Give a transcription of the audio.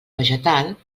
vegetal